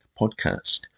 podcast